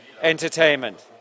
entertainment